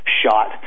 shot